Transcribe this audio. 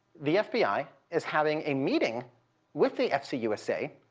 the fbi is having a meeting with the fc usa,